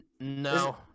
No